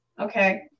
Okay